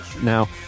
now